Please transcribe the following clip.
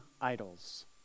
idols